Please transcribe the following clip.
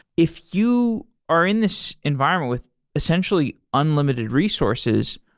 if you are in this environment with essentially unlimited resources,